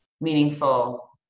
meaningful